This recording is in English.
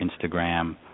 Instagram